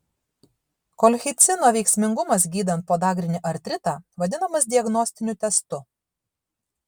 kolchicino veiksmingumas gydant podagrinį artritą vadinamas diagnostiniu testu